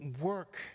work